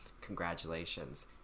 congratulations